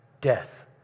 Death